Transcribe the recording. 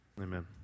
Amen